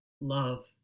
love